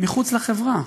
מחוץ לחברה,